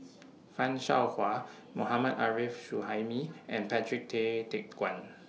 fan Shao Hua Mohammad Arif Suhaimi and Patrick Tay Teck Guan